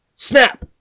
SNAP